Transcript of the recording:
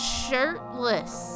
shirtless